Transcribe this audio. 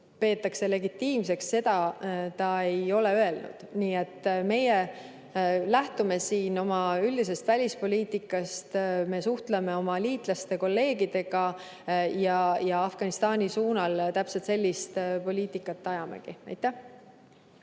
peetakse legitiimseks, seda ta ei ole öelnud. Meie lähtume oma üldisest välispoliitikast, me suhtleme oma liitlastega ja kolleegidega ning Afganistani suunal täpselt sellist poliitikat ajamegi.